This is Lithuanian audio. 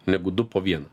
negu du po vieną